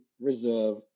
reserve